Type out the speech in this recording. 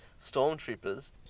stormtroopers